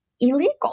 illegal